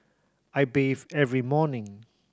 I bathe every morning